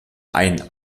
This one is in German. ein